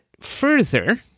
further